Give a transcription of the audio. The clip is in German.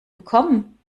bekommen